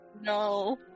no